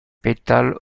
pétales